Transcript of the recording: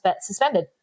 suspended